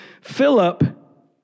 Philip